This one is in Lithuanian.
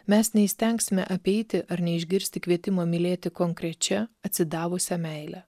mes neįstengsime apeiti ar neišgirsti kvietimo mylėti konkrečia atsidavusia meile